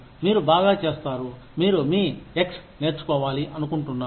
మీరు బాగా చేస్తారు మీరు మీ x నేర్చుకోవాలి అనుకుంటున్నారు